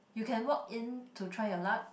you can walk in to try your luck